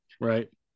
Right